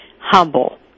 humble